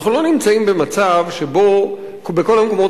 אנחנו לא נמצאים במצב שבו בכל המקומות